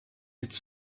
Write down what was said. its